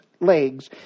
legs